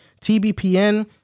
TBPN